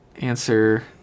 Answer